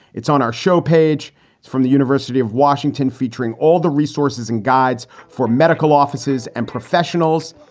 it's on our show page from the university of washington featuring all the resources and guides for medical offices and professionals.